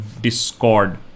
Discord